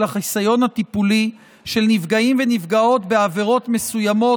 החיסיון הטיפולי של נפגעים ונפגעות בעבירות מסוימות,